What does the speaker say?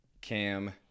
Cam